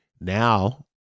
Now